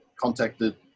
contacted